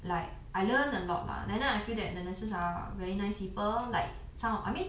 like I learnt a lot lah then now I feel that the nurses are very nice people like some of I mean